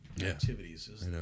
activities